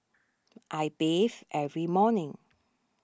I bathe every morning